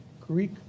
Greek